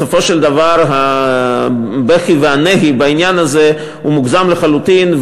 בסופו של דבר הבכי והנהי בעניין הזה מוגזם לחלוטין,